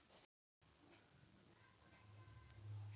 सिंचाई के कुल कतेक उपकरण होई छै?